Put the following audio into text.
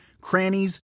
crannies